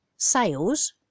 sales